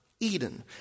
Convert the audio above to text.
Eden